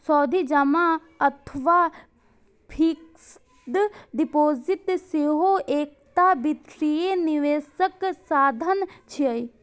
सावधि जमा अथवा फिक्स्ड डिपोजिट सेहो एकटा वित्तीय निवेशक साधन छियै